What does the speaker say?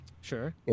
Sure